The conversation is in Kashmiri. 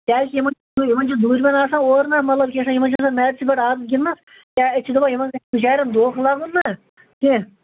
کیٛاز کہِ یِمَن یِمَن چھِ دوٗرمٮ۪ن آسان اورٕ نہ مطلب یِمن چھِ آسان میٹسے پیٹھ عادت گِنٛدنَس کیٛاہ أسۍ چھِ دَپان یِمن گَژھِ بچارین دھونٛکھٕ لگُن کینٛہہ